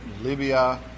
Libya